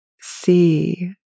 see